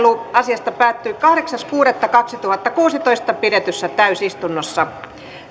asiasta päättyi kahdeksas kuudetta kaksituhattakuusitoista pidetyssä täysistunnossa